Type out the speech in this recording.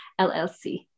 LLC